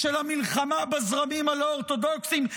של המלחמה בזרמים הלא-אורתודוקסיים?